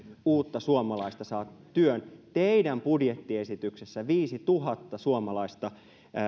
uutta suomalaista saa työn teidän budjettiesityksessä viisituhatta suomalaista